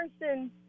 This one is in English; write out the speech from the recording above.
person